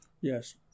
Yes